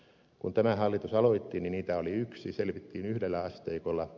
kun tämä hallitus aloitti niitä oli yksi selvittiin yhdellä asteikolla